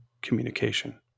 communication